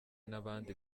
n’abandi